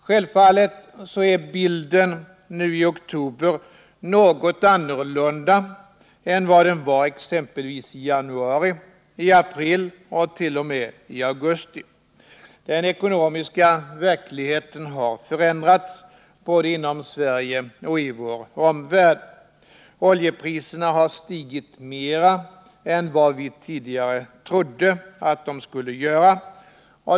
Självfallet är bilden nu i oktober något annorlunda än vad den var exempelvis i januari, i april och t.o.m. i augusti. Den ekonomiska verkligheten har förändrats både inom Sverige och i vår omvärld. Oljepriserna har stigit mera än vad vi tidigare trodde att de skulle göra.